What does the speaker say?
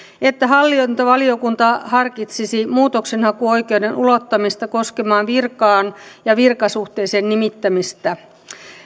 että hallintovaliokunta harkitsisi muutoksenhakuoikeuden ulottamista koskemaan virkaan ja virkasuhteeseen nimittämistä